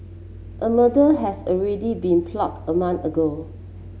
a murder has already been plotted a month ago